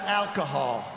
alcohol